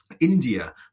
India